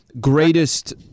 greatest